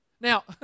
Now